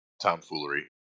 tomfoolery